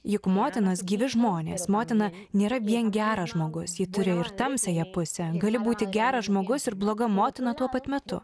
juk motinos gyvi žmonės motina nėra vien geras žmogus ji turėjo ir tamsiąją pusę gali būti geras žmogus ir bloga motina tuo pat metu